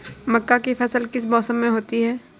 मक्का की फसल किस मौसम में होती है?